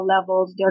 levels